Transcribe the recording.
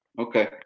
Okay